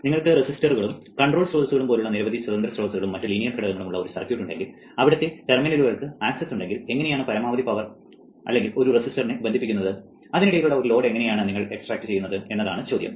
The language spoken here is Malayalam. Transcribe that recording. നിങ്ങൾക്ക് റെസിസ്റ്ററുകളും കൺട്രോൾ സ്രോതസ്സുകളും പോലുള്ള നിരവധി സ്വതന്ത്ര സ്രോതസ്സുകളും മറ്റ് ലീനിയർ ഘടകങ്ങളും ഉള്ള ഒരു സർക്യൂട്ട് ഉണ്ടെങ്കിൽ അവിടത്തെ ടെർമിനലുകൾക്ക് ആക്സസ് ഉണ്ടെങ്കിൽ എങ്ങനെയാണ് പരമാവധി പവർ ഒരു റെസിസ്റ്ററിനെ ബന്ധിപ്പിക്കുന്നത് അതിനിടയിലുള്ള ഒരു ലോഡ് എങ്ങനെയാണ് നിങ്ങൾ എക്സ്ട്രാക്റ്റു ചെയ്യുന്നത് എന്നതാണ് ചോദ്യം